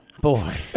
Boy